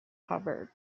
hubbard